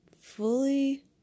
fully